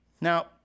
Now